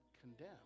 condemn